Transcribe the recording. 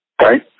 Right